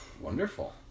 Wonderful